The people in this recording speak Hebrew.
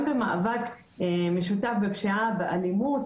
גם במאבק המשותף בפשיעה ובאלימות,